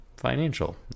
Financial